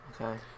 Okay